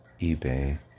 eBay